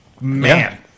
man